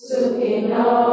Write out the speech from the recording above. Sukino